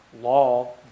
law